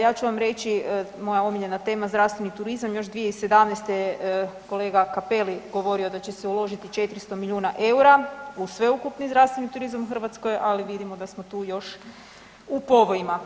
Ja ću vam reći moja omiljena tema, zdravstveni turizam, još 2017. je kolega Cappelli govorio da će se uložiti 400 milijuna EUR-a u sveukupni zdravstveni turizam u Hrvatskoj ali vidio da smo tu još u povojima.